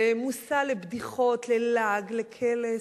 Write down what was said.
למושא לבדיחות, ללעג, לקלס,